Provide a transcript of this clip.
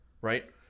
right